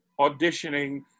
auditioning